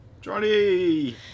Johnny